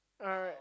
ah right